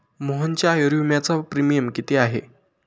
मोहनच्या आयुर्विम्याचा प्रीमियम किती आहे?